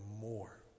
more